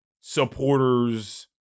supporters